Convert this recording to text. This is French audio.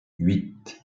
huit